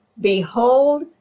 Behold